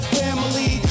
family